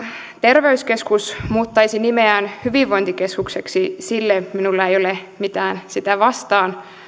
terveyskeskus muuttaisi nimensä hyvinvointikeskukseksi minulla ei ole mitään sitä vastaan